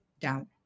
down